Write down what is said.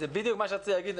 זה בדיוק מה שרציתי להגיד.